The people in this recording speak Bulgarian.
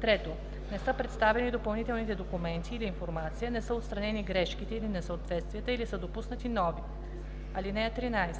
3. не са представени допълнителните документи или информация, не са отстранени грешките или несъответствията или са допуснати нови. (13)